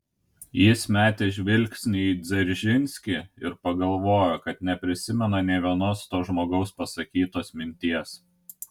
jis metė žvilgsnį į dzeržinskį ir pagalvojo kad neprisimena nė vienos to žmogaus pasakytos minties